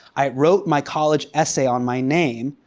i wrote my college essay on my name,